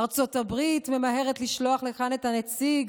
ארצות הברית ממהרת לשלוח לכאן את הנציג